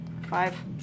Five